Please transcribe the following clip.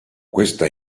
questa